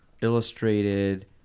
Illustrated